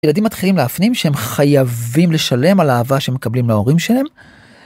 ילדים מתחילים להפנים שהם חייבים לשלם על האהבה שמקבלים מההורים שלהם.